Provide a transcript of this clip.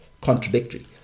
contradictory